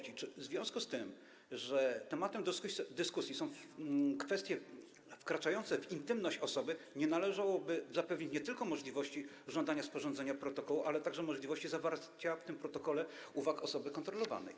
Czy w związku z tym, że tematem dyskusji są kwestie wkraczające w intymność osoby, nie należałoby zapewnić nie tylko możliwości żądania sporządzenia protokołu, ale także możliwości zawarcia w tym protokole uwag osoby kontrolowanej?